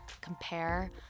compare